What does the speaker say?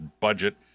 budget